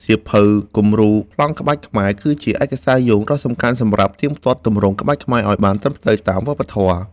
សៀវភៅគំរូប្លង់ក្បាច់ខ្មែរ គឺជាឯកសារយោងដ៏សំខាន់សម្រាប់ផ្ទៀងផ្ទាត់ទម្រង់ក្បាច់ឱ្យបានត្រឹមត្រូវតាមវប្បធម៌។